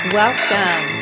welcome